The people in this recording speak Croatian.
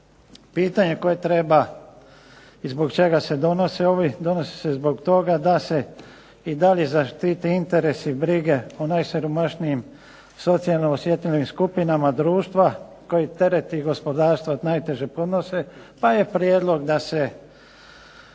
Pitanje koje treba i zbog čega se donose ovi? Donose se zbog toga da se i dalje zaštiti interes i brige o najsiromašnijim socijalno osjetljivim skupinama društva koje teret gospodarstva najteže i podnose, pa je prijedlog da se